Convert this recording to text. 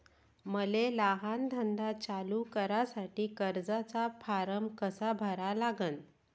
मले लहान धंदा चालू करासाठी कर्जाचा फारम कसा भरा लागन?